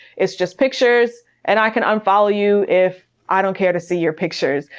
it's just pictures and i can unfollow you if i don't care to see your pictures.